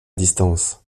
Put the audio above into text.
distance